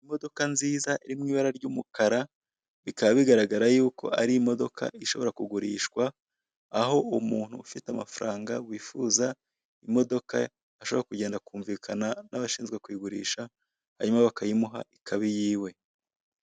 Imodoka nziza iri mu ibara ry'umukara bikaba bigaragara yuko ari imodoka ishobora kugurishwa aho uwo muntu ufite amafaranga wifuza imodoka ashobora kugenda akumvikana n'abashinzwe kuyigurisha hanyuma bakayimuha ikaba iyiwe.